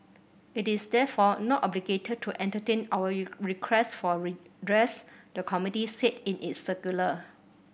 it is therefore not obligated to entertain our you requests for redress the committee said in its circular